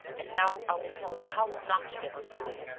and now i will tell you how not to get scolded.